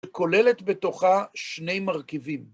כוללת בתוכה שני מרכיבים.